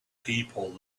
people